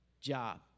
job